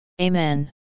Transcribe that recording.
Amen